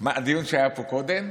הדיון שהיה פה קודם,